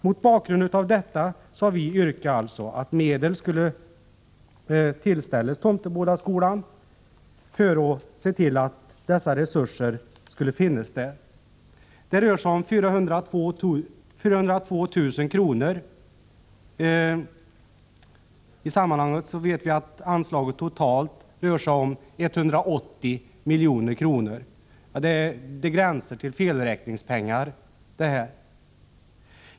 Mot bakgrund av detta har vi alltså yrkat att medel skulle ställas till förfogande för Tomtebodaskolan, så att de här resurserna finns där. Det rör sig om 402 000 kr. Vi vet att anslaget totalt är på 180 milj.kr., och det gäller alltså en summa som gränsar till felräkningspengar.